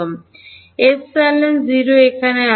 ε0 এখানে আছে